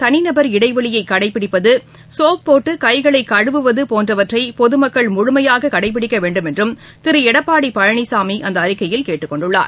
தளிநபர் இடைவெளியைகடைபிடிப்பது சோப் போட்டுகைகளைகழுவுவதுபோன்றவற்றைபொதுமக்கள் ழுழமையாககடைபிடிக்கவேண்டும் என்றும் திருளடப்பாடிபழனிசாமிஅந்தஅறிக்கையில் கேட்டுக் கொண்டுள்ளார்